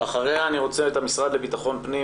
אחריה אני ארצה לשמוע את המשרד לביטחון הפנים,